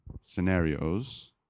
scenarios